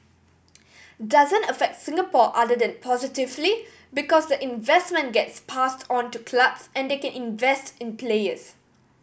doesn't affect Singapore other than positively because the investment gets passed on to clubs and they can invest in players